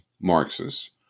Marxists